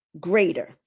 greater